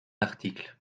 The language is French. article